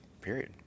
period